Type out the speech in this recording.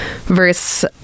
verse